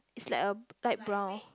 is like a light brown